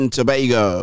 Tobago